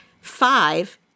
five